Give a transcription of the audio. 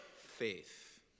faith